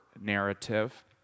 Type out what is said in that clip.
narrative